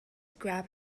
grab